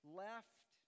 left